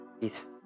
peace